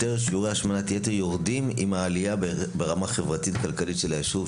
שיעורי השמנת יתר יורדים יותר עם העלייה ברמה חברתית-כלכלית של היישוב,